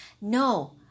No